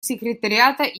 секретариата